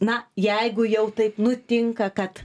na jeigu jau taip nutinka kad